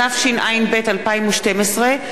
התשע"ב 2012,